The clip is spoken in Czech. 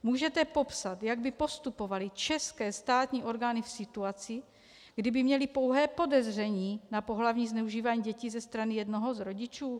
Můžete popsat, jak by postupovaly české státní orgány v situaci, kdy by měly pouhé podezření na pohlavní zneužívání dětí ze strany jednoho z rodičů?